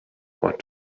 what